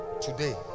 today